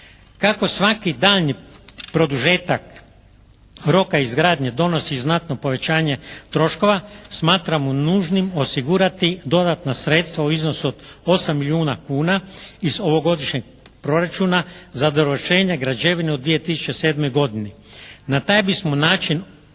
Kako svaki dan produžetak roka izgradnje donosi znatno povećanje troškova smatramo nužnim osigurati dodatna sredstva u iznosu od 8 milijuna kuna iz ovogodišnjeg proračuna za dovršenje građevine u 2007. godini. Na taj bismo način